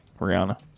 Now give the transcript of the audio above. Rihanna